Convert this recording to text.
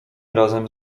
razem